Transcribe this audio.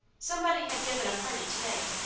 somebody had given a party to-day,